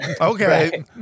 okay